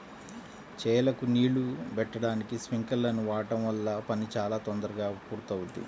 చేలకు నీళ్ళు బెట్టడానికి స్పింకర్లను వాడడం వల్ల పని చాలా తొందరగా పూర్తవుద్ది